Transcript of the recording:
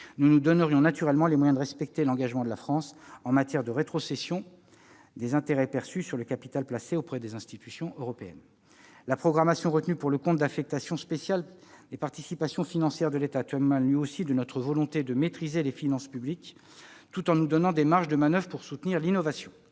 nous nous donnerions les moyens de respecter l'engagement de la France pour la rétrocession des intérêts perçus sur le capital placé auprès des institutions européennes. La programmation retenue pour le compte d'affectation spéciale « Participations financières de l'État » témoigne, elle aussi, de notre volonté de maîtriser les finances publiques tout en disposant de marges de manoeuvre pour soutenir l'innovation.